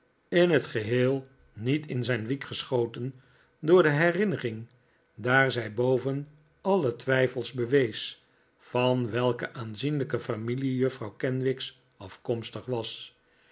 in t geheel nikolaas nickleby niet in zijn wiek geschoten door die herinnering daar zij boven alien twijfel bewees van welke aanzienlijke familie juffrouw kenwigs afkomstig was